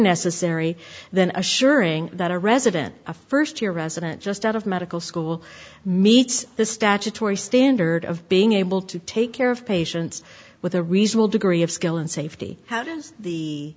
necessary than assuring that a resident a first year resident just out of medical school meets the statutory standard of being able to take care of patients with a reasonable degree of skill and safety how does the